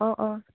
অঁ অঁ